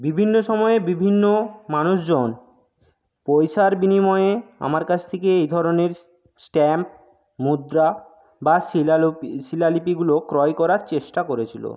বিভিন্ন সময়ে বিভিন্ন মানুষজন পয়সার বিনিময়ে আমার কাছ থেকে এই ধরণের স্ট্যাম্প মুদ্রা বা শিলালিপি শিলালিপিগুলো ক্রয় করার চেষ্টা করেছিলো